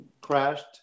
crashed